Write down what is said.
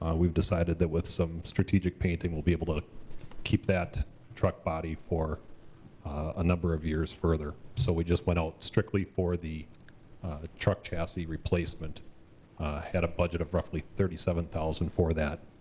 um we've decided that with some strategic painting we'll be able to keep that truck body for a number of years further. so we just went out strictly for the truck chassis replacement. i had a budget of roughly thirty seven thousand for that.